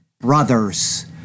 brothers